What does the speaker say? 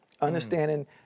understanding